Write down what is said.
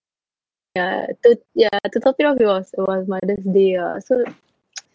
ya to ya to top it off it was it was mother's day ah so